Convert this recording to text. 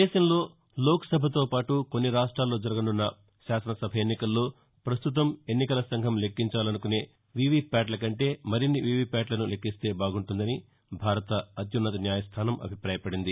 దేశంలో లోక్సభతో పాటు కొన్ని రాష్ట్రాల్లో జరగనున్న శాసనసభ ఎన్నికల్లో పస్తుతం ఎన్నికల సంఘం లెక్కించాలనుకునే వీవీ ప్యాట్ల కంటే మరిన్ని వీవీ ప్యాట్లను లెక్కిస్తే బాగుంటుందని భారత అత్యున్నత న్యాయంస్టానం అభిప్రాయపడింది